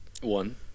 one